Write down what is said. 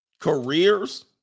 Careers